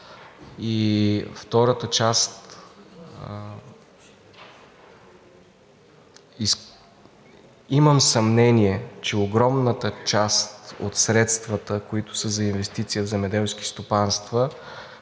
Второ, имам съмнение, че огромната част от средствата, които са за инвестиция в земеделски стопанства,